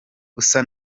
usa